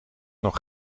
nog